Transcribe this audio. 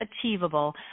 achievable